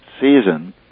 season